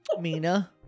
Mina